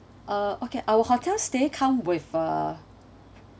uh okay our hotel stay come with a